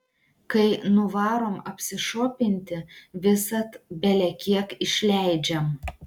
kai nuvarom apsišopinti visad belekiek išleidžiam